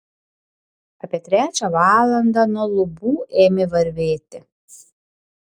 apie trečią valandą nuo lubų ėmė varvėti